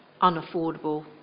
unaffordable